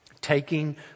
taking